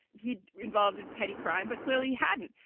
he'd involved in petty crime, but clearly hadn't.